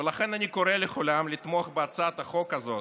ולכן אני קורא לכולם לתמוך בהצעת החוק הזאת,